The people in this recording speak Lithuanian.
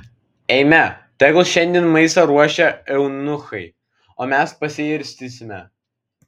eime tegul šiandien maistą ruošia eunuchai o mes pasiirstysime